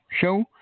show